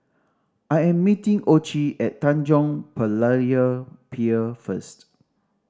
I am meeting Ocie at Tanjong Berlayer Pier first